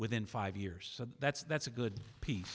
within five years that's that's a good piece